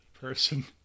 person